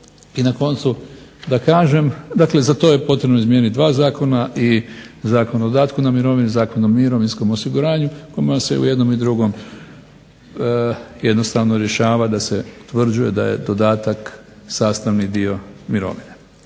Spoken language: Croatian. I na koncu da kažem, za to je potrebno izmijeniti dva zakona, Zakon o dodatku na mirovine, zakon o mirovinskom osiguranju, ima sve u jednom i drugom jednostavno rješavati da se utvrđuje da je dodatak sastavni dio mirovine.